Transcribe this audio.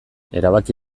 erabaki